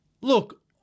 Look